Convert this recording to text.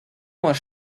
was